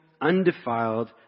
undefiled